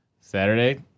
Saturday